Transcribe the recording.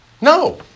No